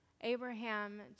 Abraham